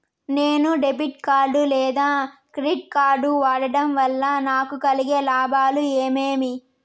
నేను debit card లేదా credit card వాడడం వల్ల నాకు కలిగే లాభాలు ఏమేమీ?